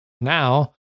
now